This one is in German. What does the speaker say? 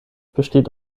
besteht